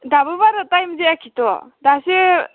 दाबो बारा टाइम जायाखैथ' दासो